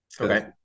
Okay